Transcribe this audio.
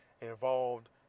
involved